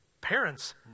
Parents